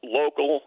local –